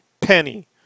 penny